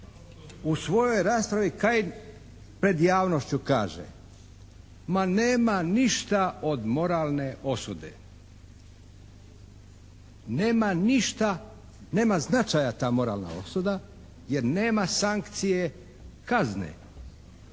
U svojoj raspravi Kajin pred javnošću kaže, ma nema ništa od moralne osude. Nema ništa, nema značaja ta moralna osuda jer nema sankcije, kazne.